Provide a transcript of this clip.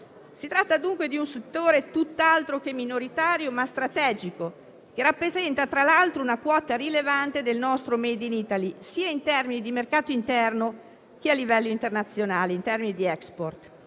Si tratta dunque di un settore tutt'altro che minoritario, ma strategico, che rappresenta tra l'altro una quota rilevante del nostro *made in Italy*, sia in termini di mercato interno, sia a livello internazionale in termini di *export.*